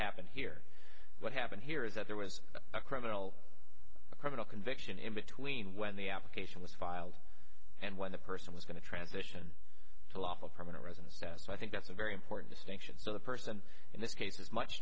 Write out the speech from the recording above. happened here what happened here is that there was a criminal a criminal conviction in between when the application was filed and when the person was going to transition to lawful permanent resident status so i think that's a very important distinction so the person in this case is much